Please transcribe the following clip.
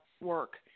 work